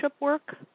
work